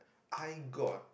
I got